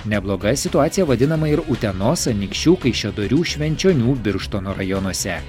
nebloga situacija vadinama ir utenos anykščių kaišiadorių švenčionių birštono rajonuose